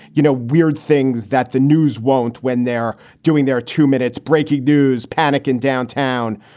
you know, weird things that the news won't when they're doing their two minutes breaking news, panic in downtown.